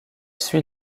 suit